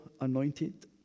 anointed